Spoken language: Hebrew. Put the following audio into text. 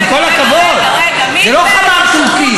עם כל הכבוד, זה לא חמאם טורקי.